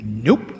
Nope